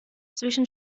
zwischen